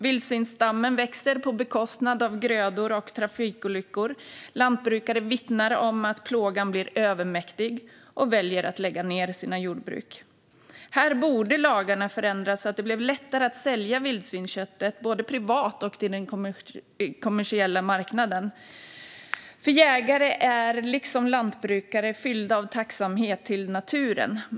Vildsvinsstammen växer på bekostnad av grödor, och den orsakar trafikolyckor. Lantbrukare vittnar om att plågan blir övermäktig och väljer att lägga ned sina jordbruk. Här borde lagarna förändras så att det blir lättare att sälja vildsvinsköttet, både privat och på den kommersiella marknaden. Jägare är liksom lantbrukare fyllda av tacksamhet över naturen.